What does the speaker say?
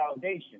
validation